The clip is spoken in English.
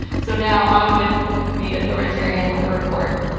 so now on with the authoritarian weather report.